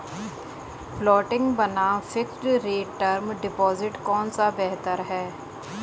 Floating बनाम fixed rate term deposit कौन सा बेहतर है?